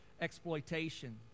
exploitation